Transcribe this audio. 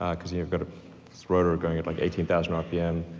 ah cause you've got this rotor going at like eighteen thousand rpm.